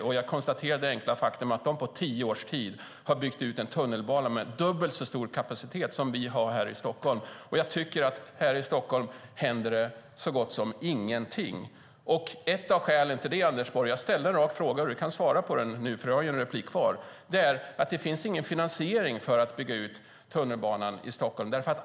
Och jag konstaterade det enkla faktum att de på tio års tid har byggt ut en tunnelbana med dubbelt så stor kapacitet som vi har här i Stockholm. Här i Stockholm händer det så gott som ingenting, tycker jag. Jag ställde en rak fråga, Anders Borg. Du kan svara på den nu, för du har ett inlägg kvar. Ett av skälen till att det inte händer någonting är att det inte finns någon finansiering för att bygga ut tunnelbanan i Stockholm.